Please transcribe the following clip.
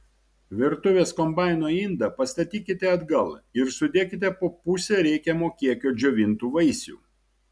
virtuvės kombaino indą pastatykite atgal ir sudėkite po pusę reikiamo kiekio džiovintų vaisių